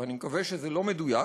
ואני מקווה שזה לא מדויק,